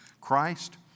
Christ